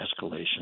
escalation